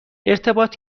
ارتباط